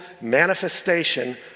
manifestation